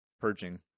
purging